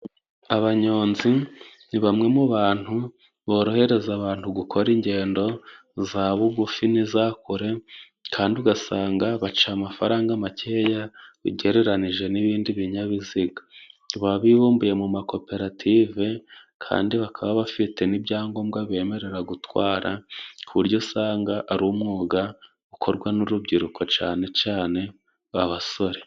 abanyonzi ni bamwe mu bantu borohereza abantu gukora ingendo za bugufi n'iza kure kandi ugasanga baca amafaranga makeya ugereranije n'ibindi binyabiziga ba bibumbiye mu makoperative kandi bakaba bafite n'ibyangombwa bemerera gutwara ku buryo usanga ari umwuga ukorwa n'urubyiruko cane cane baba basore